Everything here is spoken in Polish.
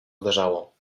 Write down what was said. zdarzało